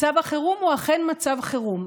מצב החירום הוא אכן מצב חירום,